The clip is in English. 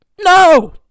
No